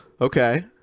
Okay